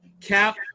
cap